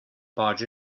barge